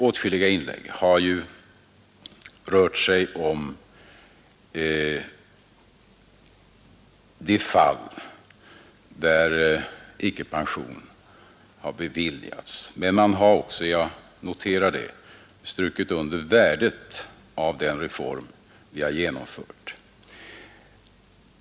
Atskilliga inlägg har ju rört de fall där pension icke beviljats. Man har emellertid också - jag noterar det — strukit under värdet av den reform vi genomfört.